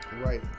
right